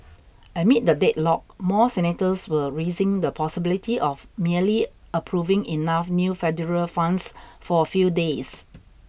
amid the deadlock more senators were raising the possibility of merely approving enough new federal funds for a few days